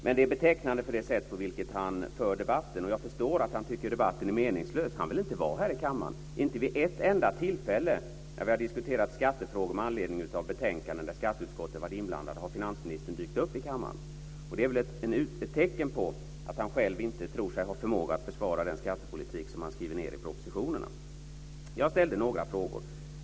Men det är betecknande för det sätt på vilket han för debatten. Jag förstår att han tycker debatten är meningslös. Han vill inte vara här i kammaren. Inte vid ett enda tillfälle när vi har diskuterat skattefrågor med anledning av betänkanden där skatteutskottet har varit inblandat har finansministern dykt upp i kammaren. Det är väl ett tecken på att han själv inte tror sig ha förmåga att försvara den skattepolitik som han skriver ned i propositionerna. Jag ställde några frågor.